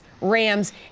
Rams